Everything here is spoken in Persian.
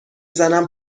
زنم